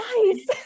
nice